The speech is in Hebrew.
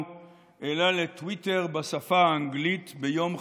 העלה לטוויטר בשפה האנגלית ביום חמישי,